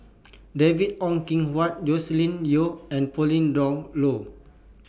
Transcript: David Ong Kim Huat Joscelin Yeo and Pauline Dawn Loh